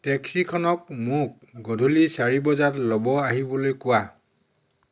টেক্সিখনক মোক গধূলি চাৰি বজাত ল'ব আহিবলৈ কোৱা